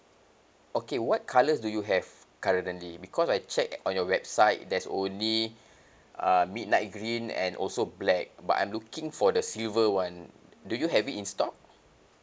okay what colours do you have currently because I checked on your website there's only uh midnight green and also black but I'm looking for the silver one do you have it in stock